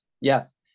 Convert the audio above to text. yes